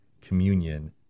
communion